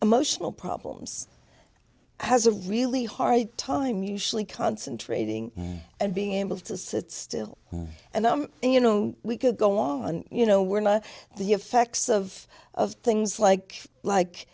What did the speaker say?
emotional problems has a really hard time usually concentrating and being able to sit still and you know we could go along and you know we're not the effects of of things like like